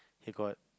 he got